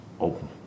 open